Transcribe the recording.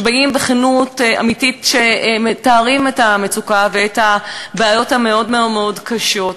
שבאים ובכנות אמיתית מתארים את המצוקה ואת הבעיות המאוד-מאוד קשות.